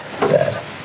Dad